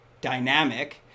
dynamic